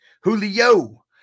Julio